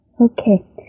Okay